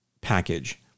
package